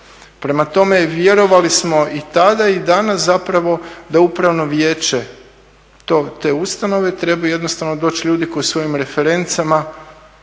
Prema tome, vjerovali smo i tada i danas zapravo da upravno vijeće te ustanove treba jednostavno doći ljudi koji svojim referencama